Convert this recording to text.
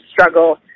struggle